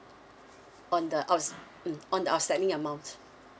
on the outs~ mm on the outstanding amount